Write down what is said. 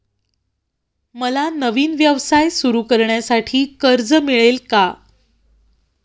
मला नवीन व्यवसाय सुरू करण्यासाठी कर्ज मिळेल का?